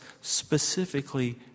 specifically